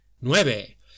Nueve